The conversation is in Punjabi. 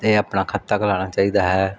ਤੇ ਆਪਣਾ ਖਾਤਾ ਖਿਲਾਉਣਾ ਚਾਹੀਦਾ ਹੈ